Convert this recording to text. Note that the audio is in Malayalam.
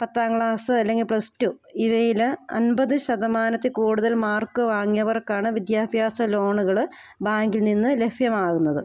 പത്താം ക്ലാസ് അല്ലെങ്കിൽ പ്ലസ് ടു ഇവയിൽ അൻപത് ശതമാനത്തിൽ കൂടുതൽ മാർക്ക് വാങ്ങിയവർക്കാണ് വിദ്യാഭ്യാസ ലോണ്കൾ ബാങ്കിൽ നിന്ന് ലഭ്യമാകുന്നത്